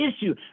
issue